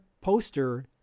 poster